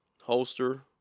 holster